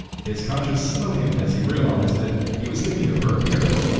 his conscience smote him as he realized that he was thinking of her appearance,